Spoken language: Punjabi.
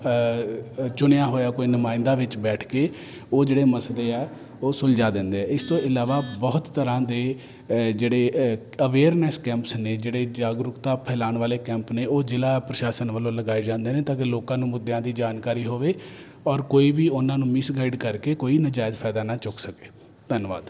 ਚੁਣਿਆ ਹੋਇਆ ਕੋਈ ਨੁਮਾਇੰਦਾ ਵਿੱਚ ਬੈਠ ਕੇ ਉਹ ਜਿਹੜੇ ਮਸਲੇ ਆ ਉਹ ਸੁਲਝਾ ਦਿੰਦੇ ਆ ਇਸ ਤੋਂ ਇਲਾਵਾ ਬਹੁਤ ਤਰ੍ਹਾਂ ਦੇ ਅ ਜਿਹੜੇ ਅ ਅਵੇਅਰਨੈਸ ਕੈਂਪਸ ਨੇ ਜਿਹੜੇ ਜਾਗਰੂਕਤਾ ਫੈਲਾਉਣ ਵਾਲੇ ਕੈਂਪ ਨੇ ਉਹ ਜ਼ਿਲ੍ਹਾ ਪ੍ਰਸ਼ਾਸਨ ਵੱਲੋਂ ਲਗਾਏ ਜਾਂਦੇ ਨੇ ਤਾਂ ਕਿ ਲੋਕਾਂ ਨੂੰ ਮੁੱਦਿਆਂ ਦੀ ਜਾਣਕਾਰੀ ਹੋਵੇ ਔਰ ਕੋਈ ਵੀ ਉਹਨਾਂ ਨੂੰ ਮਿਸਗਾਈਡ ਕਰਕੇ ਕੋਈ ਨਜਾਇਜ਼ ਫਾਇਦਾ ਨਾ ਚੁੱਕ ਸਕੇ ਧੰਨਵਾਦ